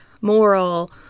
moral